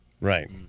Right